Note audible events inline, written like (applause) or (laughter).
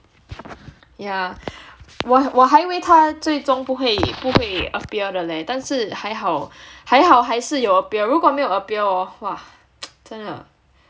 yeah 我我还以为他最终不会不会 appear 的 leh 但是还好还好还是有如果没有 appear hor !wah! (noise) 真的